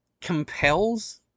compels